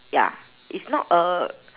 ya it's not a